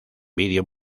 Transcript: vídeo